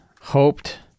hoped